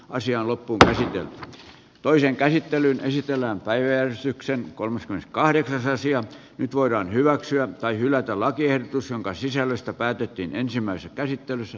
asian loppuun tosin vielä toiseen käsittelyyn esitellään päiväjärjestyksen kolmas kahdeksatta sijaa nyt voidaan hyväksyä tai hylätä lakiehdotus jonka sisällöstä päätettiin ensimmäisessä käsittelyssä